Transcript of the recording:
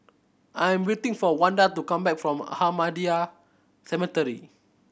I am waiting for Wanda to come back from Ahmadiyya Cemetery